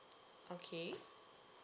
okay